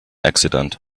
accident